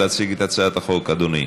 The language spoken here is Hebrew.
אדוני.